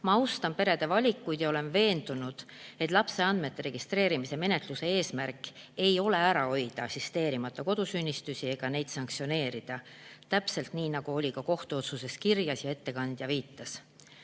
Ma austan perede valikuid ja olen veendunud, et lapse andmete registreerimismenetluse eesmärk ei ole ära hoida assisteerimata kodusünnitusi ega neid sanktsioneerida. Täpselt nii, nagu oli kirjas ka kohtuotsuses, millele ettekandja viitas.